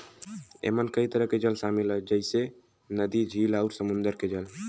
एमन कई तरह के जल शामिल हौ जइसे नदी, झील आउर समुंदर के जल